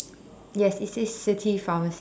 yes it says city pharmacy